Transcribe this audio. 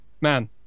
Man